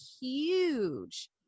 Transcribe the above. huge